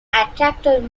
attracted